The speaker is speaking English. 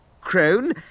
Crone